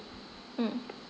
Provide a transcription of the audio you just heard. mm